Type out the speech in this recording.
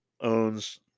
owns